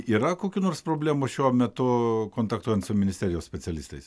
yra kokių nors problemų šiuo metu kontaktuojant su ministerijos specialistais